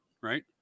right